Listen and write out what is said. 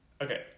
okay